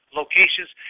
locations